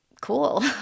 cool